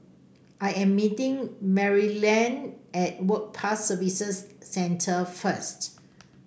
I am meeting Maryellen at Work Pass Services Centre first